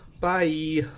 Bye